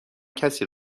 کسی